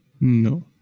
No